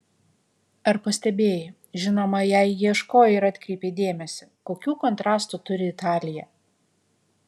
ar pastebėjai žinoma jei ieškojai ir atkreipei dėmesį kokių kontrastų turi italija